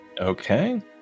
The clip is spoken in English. Okay